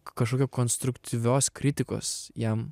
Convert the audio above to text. kažkokio konstruktyvios kritikos jam